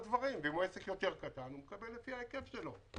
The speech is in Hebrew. ואם הוא עסק יותר קטן, הוא מקבל לפי ההיקף שלו.